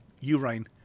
urine